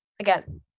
again